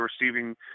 receiving